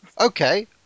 okay